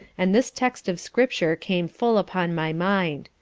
and this text of scripture came full upon my mind.